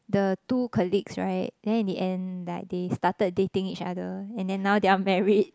the two colleagues right then in the end like they started dating each other and then now they are married